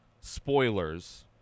spoilers